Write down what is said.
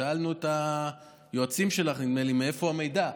שאלנו את היועצים שלך, נדמה לי, מאיפה המידע,